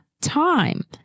time